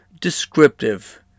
descriptive